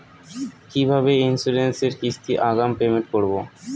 কিভাবে ইন্সুরেন্স এর কিস্তি আগাম পেমেন্ট করবো?